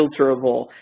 filterable